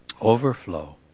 Overflow